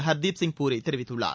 ஹர்தீப் சிங் பூரி தெரிவித்துள்ளார்